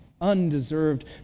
undeserved